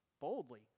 boldly